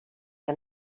que